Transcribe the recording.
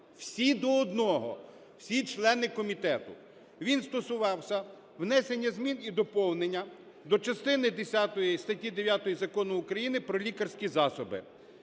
всі до одного, всі члени комітету, він стосувався внесення змін і доповнення до частини десятої статті 9 Закону України "Про лікарські засоби".